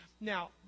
Now